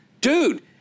dude